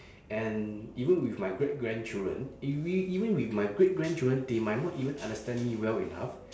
and even with my great grandchildren even with my great grandchildren they might not even understand me well enough